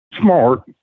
smart